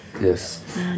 Yes